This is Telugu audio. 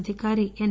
అధికారి ఎస్